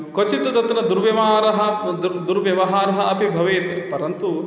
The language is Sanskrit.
क्वचित् तत्र दुर्व्यवहारः दुर् दुर्व्यवहारः अपि भवेत् परन्तु